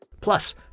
Plus